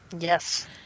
Yes